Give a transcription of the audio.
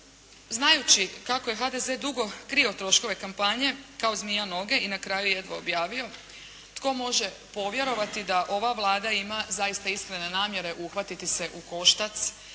Znajući kako je HDZ dugo krio troškove kampanje kao zmija noge i na kraju jedva objavio tko može povjerovati da ova Vlada ima zaista iskrene namjere uhvatiti se u koštac